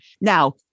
Now